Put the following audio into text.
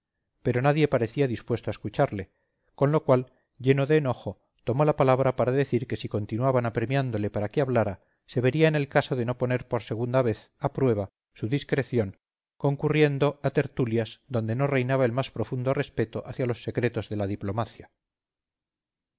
pero nadie parecía dispuesto a escucharle con lo cual lleno de enojo tomó la palabra para decir que si continuaban apremiándole para que hablara se vería en el caso de no poner por segunda vez a prueba su discreción concurriendo a tertulias donde no reinaba el más profundo respeto hacia los secretos de la diplomacia